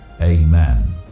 Amen